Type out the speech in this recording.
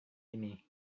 ini